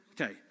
Okay